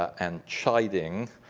and chiding,